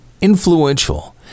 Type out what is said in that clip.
influential